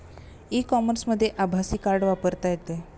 E कॉमर्समध्ये आभासी card वापरता येते